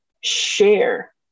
share